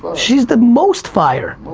but she's the most fire